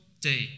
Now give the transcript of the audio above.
day